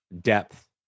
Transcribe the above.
depth